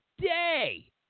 day